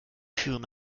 führen